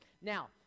Now